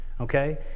okay